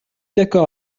d’accord